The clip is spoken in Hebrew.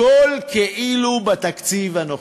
הכול כאילו בתקציב הנוכחי.